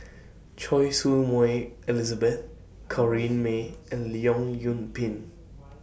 Choy Su Moi Elizabeth Corrinne May and Leong Yoon Pin